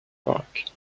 park